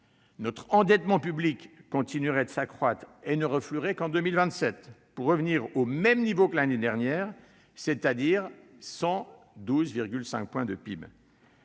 Notre endettement public continuerait de s'accroître et ne refluerait qu'en 2027 pour revenir au même niveau que l'année dernière, c'est-à-dire 112,5 % du PIB.